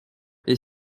est